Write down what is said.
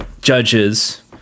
judges